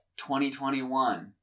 2021